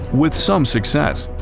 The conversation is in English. with some success,